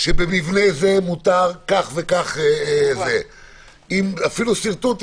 שבמבנה זה מותר כך וכך, אפילו עם שרטוט.